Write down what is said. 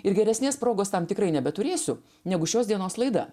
ir geresnės progos tam tikrai nebeturėsiu negu šios dienos laida